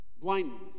Blindness